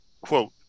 quote